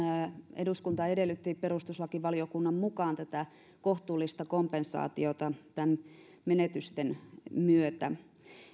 eduskuntahan edellytti perustuslakivaliokunnan mukaan tätä kohtuullista kompensaatiota menetysten myötä